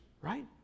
right